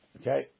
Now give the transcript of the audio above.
Okay